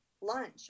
lunch